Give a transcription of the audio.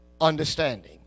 understanding